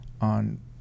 on